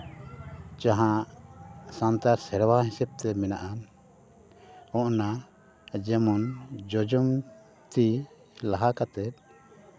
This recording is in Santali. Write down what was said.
ᱡᱟᱦᱟᱸ ᱥᱟᱱᱛᱟᱲ ᱥᱮᱨᱣᱟ ᱦᱤᱥᱟᱹᱵᱽ ᱛᱮ ᱢᱮᱱᱟᱜᱼᱟ ᱚᱱᱟ ᱡᱮᱢᱚᱱ ᱡᱚᱡᱚᱢ ᱛᱤ ᱞᱟᱦᱟ ᱠᱟᱛᱮᱫ